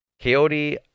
Coyote